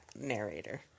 narrator